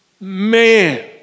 Man